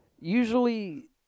Usually